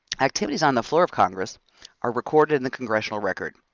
activities on the floor of congress are recorded in the congressional record.